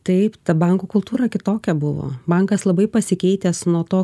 taip ta bankų kultūra kitokia buvo bankas labai pasikeitęs nuo to